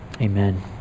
Amen